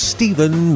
Stephen